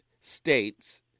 states